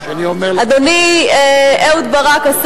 אדוני אהוד ברק,